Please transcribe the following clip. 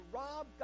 rob